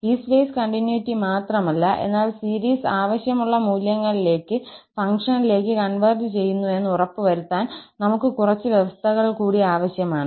piecewise continuity മാത്രമല്ല എന്നാൽ series ആവശ്യമുള്ള മൂല്യങ്ങളിലേക്ക് ഫംഗ്ഷനിലേക്ക് കൺവെർജ് ചെയ്യുന്നുവെന്ന് ഉറപ്പുവരുത്താൻ നമുക് കുറച്ച് വ്യവസ്ഥകൾ കൂടി ആവശ്യമാണ്